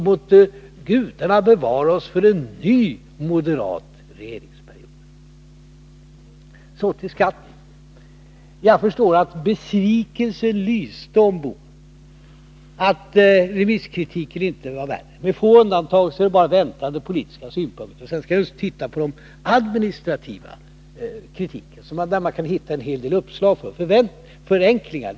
Må gudarna bevara oss för en ny moderat regeringsperiod! Så till skatten. Jag förstår att besvikelsen lyste om herr Bohman därför att remisskritiken inte var värre. Med få undantag var det bara väntade politiska synpunkter. Sedan tycker jag att vi naturligtvis också skall titta på den administrativa kritiken, där man måhända kan hitta en mängd uppslag till förenklingar.